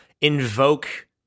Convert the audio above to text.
invoke